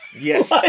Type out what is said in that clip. Yes